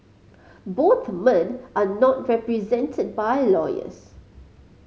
both men are not represented by lawyers